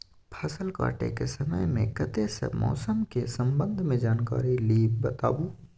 फसल काटय के समय मे कत्ते सॅ मौसम के संबंध मे जानकारी ली बताबू?